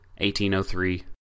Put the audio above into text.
1803